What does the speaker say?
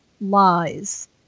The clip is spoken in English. lies